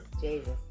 Jesus